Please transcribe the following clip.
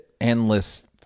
endless